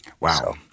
Wow